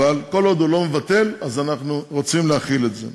אבל כל עוד הוא לא מבטל, אנחנו רוצים להחיל את זה.